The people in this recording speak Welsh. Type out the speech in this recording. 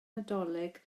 nadolig